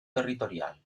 territorial